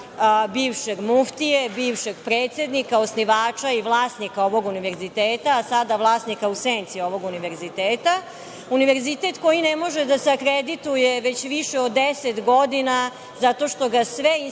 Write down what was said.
bivšeg muftije, bivšeg predsednika, osnivača i vlasnika ovog univerziteta, a sada vlasnika u senci ovog univerziteta. Univerzitet koji ne može da se akredituje već više od deset godina, zato što ga sve institucije